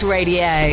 Radio